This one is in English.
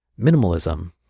minimalism